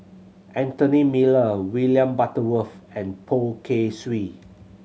Anthony Miller William Butterworth and Poh Kay Swee